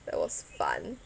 that was fun